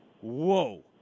whoa